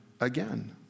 again